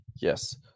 Yes